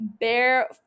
Bare